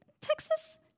Texas